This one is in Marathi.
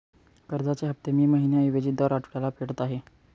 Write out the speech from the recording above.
कर्जाचे हफ्ते मी महिन्या ऐवजी दर आठवड्याला फेडत आहे